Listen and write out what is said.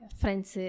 friends